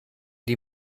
die